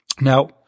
Now –